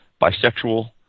bisexual